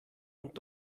und